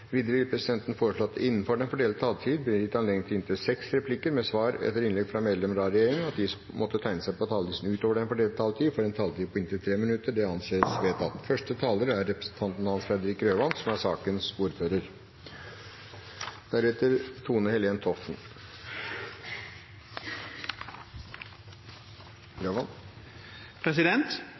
Videre vil presidenten foreslå at det – innenfor den fordelte taletid – blir gitt anledning til replikkordskifte på inntil seks replikker med svar etter innlegg fra medlemmer av regjeringen, og at de som måtte tegne seg på talerlisten utover den fordelte taletid, får en taletid på inntil 3 minutter. – Det anses vedtatt.